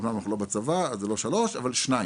אמנם אנחנו לא בצבא אז היא לא מחולקת לשלוש אבל שניים,